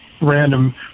random